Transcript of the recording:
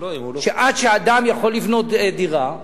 שעד שאדם יכול לבנות דירה,